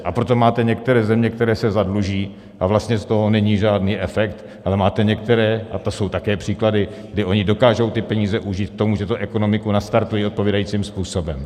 A proto máte některé země, které se zadluží a vlastně z toho není žádný efekt, ale máte některé, a to jsou také příklady, kdy oni dokážou ty peníze užít k tomu, že ekonomiku nastartují odpovídajícím způsobem.